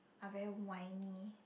are very whiny